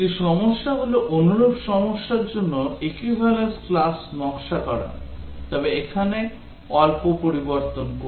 একটি সমস্যা হল অনুরূপ সমস্যার জন্য equivalence class নকশা করা তবে এখানে অল্প পরিবর্তন করে